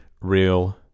real